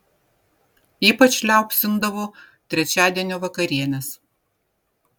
ypač liaupsindavo trečiadienio vakarienes